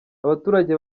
abaturage